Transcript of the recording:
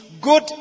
good